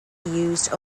used